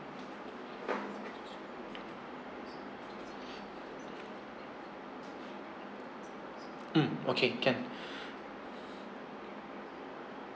mm okay can